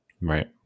right